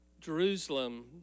Jerusalem